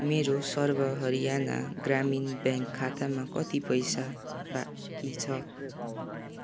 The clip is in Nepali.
मेरो सर्व हरियाणा ग्रामीण ब्याङ्क खातामा कति पैसा बाँकी छ